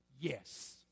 yes